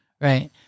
Right